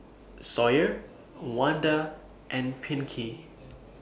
Sawyer Wanda and Pinkney